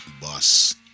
bus